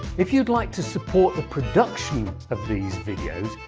if you'd like to support the production of these videos,